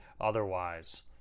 otherwise